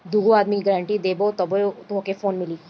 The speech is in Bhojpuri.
दूगो आदमी के गारंटी देबअ तबे तोहके लोन मिली